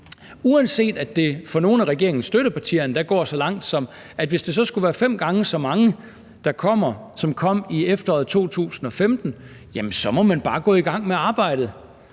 uanset at det for nogle af regeringens støttepartier endda går så langt, at hvis der skulle komme fem gange så mange som i efteråret 2015, jamen så må man bare gå i gang med arbejdet.